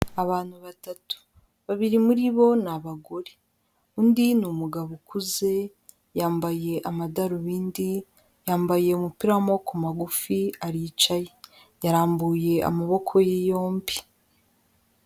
Abantu batatu babiri muri bo ni abagore undi ni umugabo ukuze, yambaye amadarubindi, yambaye umupira w'amaboko magufi aricaye, yarambuye amaboko ye yombi.